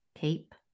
keep